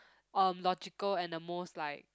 um logical and the most like